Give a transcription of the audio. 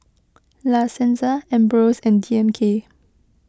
La Senza Ambros and D M K